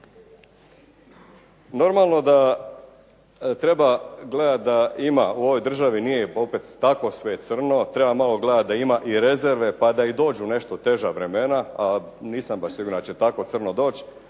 normalno da treba gledati da ima u ovoj državi, nije opet tako sve crno. Treba malo gledati da ima i rezerve pa da i dođu nešto teža vremena, a nisam baš siguran da će tako crno doći.